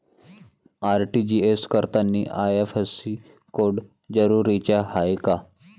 RTGS करतांनी IFSC code जरुरीचा हाय का?